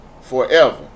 Forever